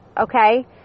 Okay